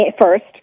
first